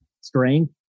strength